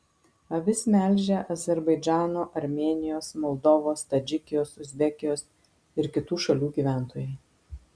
avis melžia azerbaidžano armėnijos moldovos tadžikijos uzbekijos ir kitų šalių gyventojai